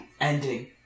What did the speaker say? ending